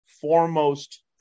foremost